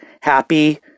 happy